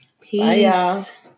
Peace